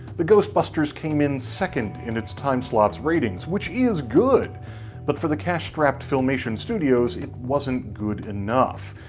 the ghost busters came in second in its timeslot's ratings, which is good but for the cash strapped filmation studios, it wasn't good enough.